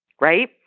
right